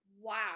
wow